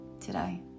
today